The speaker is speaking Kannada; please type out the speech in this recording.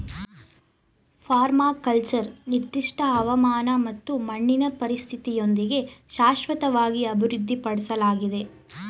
ಪರ್ಮಾಕಲ್ಚರ್ ನಿರ್ದಿಷ್ಟ ಹವಾಮಾನ ಮತ್ತು ಮಣ್ಣಿನ ಪರಿಸ್ಥಿತಿಯೊಂದಿಗೆ ಶಾಶ್ವತವಾಗಿ ಅಭಿವೃದ್ಧಿಪಡ್ಸಲಾಗಿದೆ